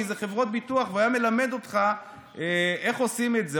כי זה חברות ביטוח והוא היה מלמד אותך איך עושים את זה.